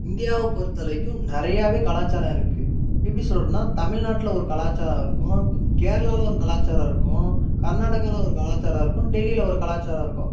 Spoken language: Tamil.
இந்தியாவை பொறுத்தலைக்கும் நிறையாவே கலாச்சாரம் இருக்குது எப்படி சொல்றேன்னா தமிழ்நாட்டில ஒரு கலாச்சாரம் இருக்கும் கேரளாவில ஒரு கலாச்சாரம் இருக்கும் கர்நாடகாவில ஒரு கலாச்சாரம் இருக்கும் டெல்லியில ஒரு கலாச்சாரம் இருக்கும்